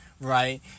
Right